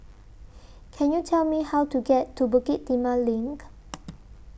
Can YOU Tell Me How to get to Bukit Timah LINK